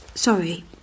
Sorry